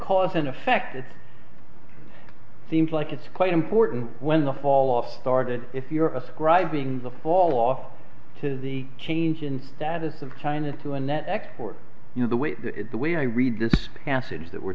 cause an effect it seems like it's quite important when the fall off started if you're ascribing the fall off to the change in status of china to a net export you know the way the way i read this passage that we're